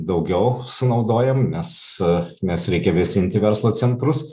daugiau sunaudojam nes nes reikia vėsinti verslo centrus